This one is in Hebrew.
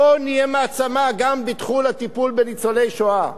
בואו נהיה מעצמה גם בתחום הטיפול בניצולי השואה.